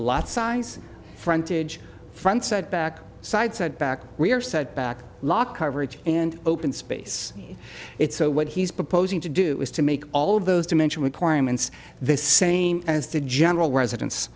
lot size frontage front side back side side back we are set back law coverage and open space it's so what he's proposing to do is to make all of those dimension requirements the same as the general residence